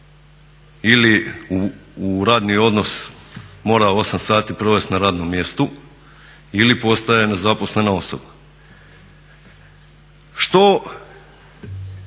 ili u radni odnos mora osam sati provesti na radnom mjestu ili postaje nezaposlena osoba.